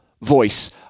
voice